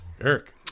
Eric